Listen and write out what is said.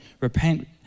Repent